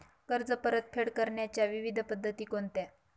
कर्ज परतफेड करण्याच्या विविध पद्धती कोणत्या?